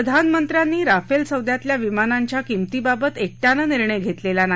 प्रधानमंत्र्यांनी राफेल सौद्यातल्या विमानांच्या किंमतीबाबत एक डिानं निर्णय घेतलेला नाही